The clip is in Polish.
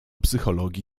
psychologii